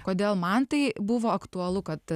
kodėl man tai buvo aktualu kad